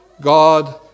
God